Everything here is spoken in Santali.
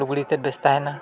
ᱞᱩᱜᱽᱲᱤᱛᱮᱫ ᱵᱮᱹᱥ ᱛᱟᱦᱮᱱᱟ